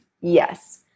Yes